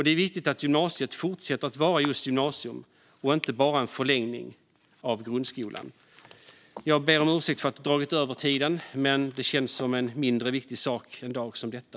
Det är viktigt att gymnasiet fortsätter att vara just ett gymnasium och inte bara en förlängning av grundskolan. Jag ber om ursäkt för att jag har dragit över tiden, men det känns som en mindre viktig sak en dag som denna.